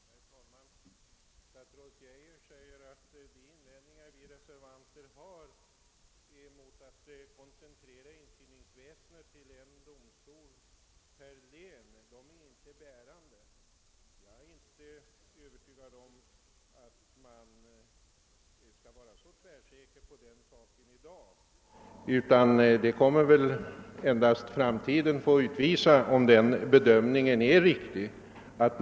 Herr talman! Statsrådet Geijer säger att de invändningar vi reservanter har emot att koncentrera inskrivningsväsendet till en domstol per län inte är bärande.